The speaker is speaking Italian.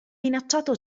minacciato